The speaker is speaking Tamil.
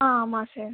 ஆ ஆமாம் சார்